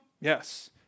Yes